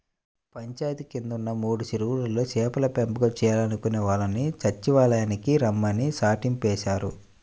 పంచాయితీ కిందున్న మూడు చెరువుల్లో చేపల పెంపకం చేయాలనుకునే వాళ్ళని సచ్చివాలయానికి రమ్మని చాటింపేశారు